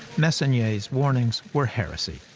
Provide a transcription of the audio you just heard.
messonnier's warnings were heresy.